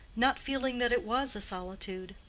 not feeling that it was a solitude.